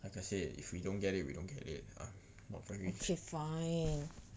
like I said if we don't get it we don't get it I'm not very